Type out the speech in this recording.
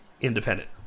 independent